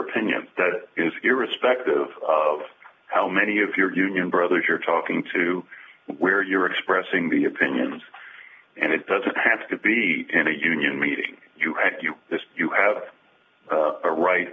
it is irrespective of how many of your union brothers you're talking to where you're expressing the opinions and it doesn't have to be in a union meeting you had you there you have a right